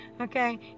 Okay